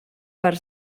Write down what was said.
per